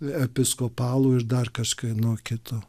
episkopalo ir dar kažkieno kito